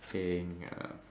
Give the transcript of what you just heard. heng ah